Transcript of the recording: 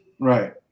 Right